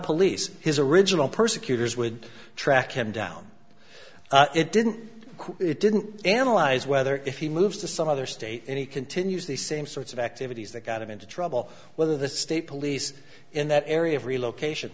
police his original persecutors would track him down it didn't it didn't analyze whether if he moves to some other state and he continues the same sorts of activities that got him into trouble whether the state police in that area of relocation